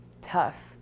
tough